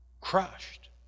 crushed